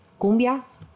cumbias